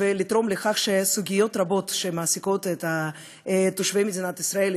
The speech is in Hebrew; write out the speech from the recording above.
ולתרום לכך שסוגיות רבות שמעסיקות את תושבי מדינת ישראל,